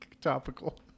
Topical